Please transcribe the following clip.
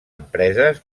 empreses